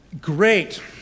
great